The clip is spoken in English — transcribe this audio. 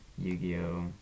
Yu-Gi-Oh